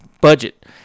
budget